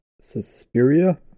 Suspiria